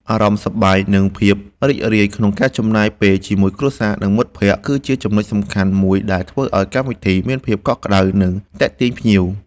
អារម្មណ៍សប្បាយ និងភាពរីករាយក្នុងការចំណាយពេលជាមួយគ្រួសារ និងមិត្តភក្តិ គឺជាចំណុចសំខាន់មួយដែលធ្វើឲ្យកម្មវិធីមានភាពកក់ក្ដៅ និងទាក់ទាញភ្ញៀវ។